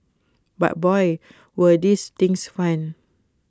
but boy were these things fun